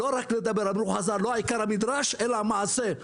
לא רק המדרש אלא המעשה.